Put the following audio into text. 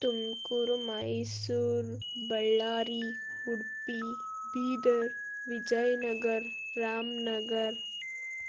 Tumakuru Mysuru Ballari Udupi Bidar Vijayanagara Ramnagar